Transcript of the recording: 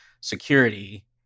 security